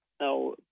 Now